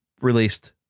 released